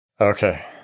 Okay